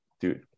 dude